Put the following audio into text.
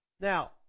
Now